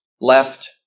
left